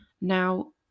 now